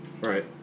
Right